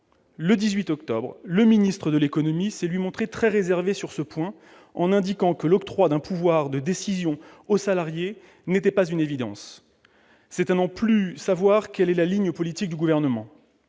le 18 octobre, le ministre de l'économie s'est montré, de son côté, très réservé sur ce point, en indiquant que l'octroi d'un pouvoir de décision aux salariés n'était pas une évidence. C'est à n'en plus savoir quelle est la ligne politique du Gouvernement